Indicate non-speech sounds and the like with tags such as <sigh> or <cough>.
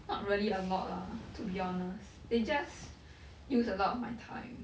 not really a lot ah to be honest they just <breath> use a lot of my time